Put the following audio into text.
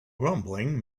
grumbling